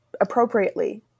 appropriately